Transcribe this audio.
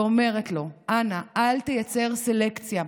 ואומרת לו: אנא, אל תייצר סלקציה,